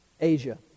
Asia